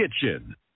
kitchen